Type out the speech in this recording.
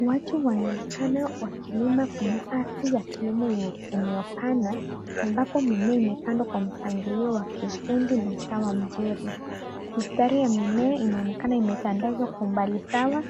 Watu wanaonekana wakilima kwenye ardhi ya kilimo yenye eneo pana, ambapo mimea imepandwa kwa mpangilia wa kiufundi na usawa mzuri. Mistari ya mimea inaonekana imetandazwa kwa umbali sawa,